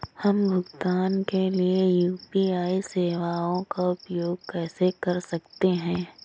हम भुगतान के लिए यू.पी.आई सेवाओं का उपयोग कैसे कर सकते हैं?